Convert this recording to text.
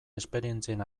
esperientzien